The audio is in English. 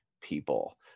people